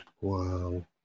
Wow